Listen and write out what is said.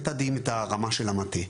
מתדעים את זה ברמה של המטה,